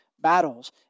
battles